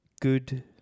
good